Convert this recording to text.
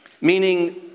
meaning